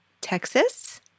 Texas